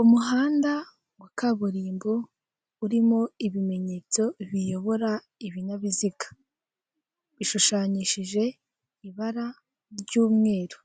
Umuhanda wa kaburimbo urimo ibimenyetso biyobora ibinyabiziga. Bishushanyishije ibara ry'umweru.